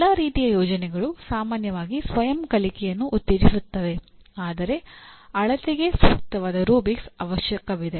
ಎಲ್ಲಾ ರೀತಿಯ ಯೋಜನೆಗಳು ಸಾಮಾನ್ಯವಾಗಿ ಸ್ವಯಂ ಕಲಿಕೆಯನ್ನು ಉತ್ತೇಜಿಸುತ್ತವೆ ಆದರೆ ಅಳತೆಗೆ ಸೂಕ್ತವಾದ ರೂಬ್ರಿಕ್ಸ್ ಅವಶ್ಯಕವಿದೆ